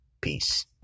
Peace